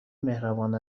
مهربان